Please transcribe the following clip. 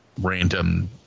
random